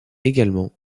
également